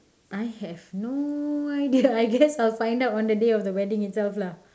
I have no idea I guess I will find out on the day of the wedding itself lah